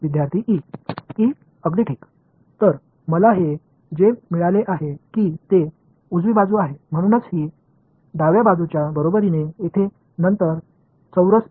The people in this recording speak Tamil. சரிதான் E எனவே இது எனக்கு வலது புறம் கிடைத்தது எனவே இது இங்கே இடது கை பக்கத்திற்கு சமம் பின்னர் ஸ்கொயர்டு